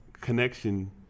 connection